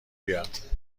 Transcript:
بیاد